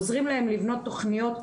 עוזרים להם לבנות תוכניות,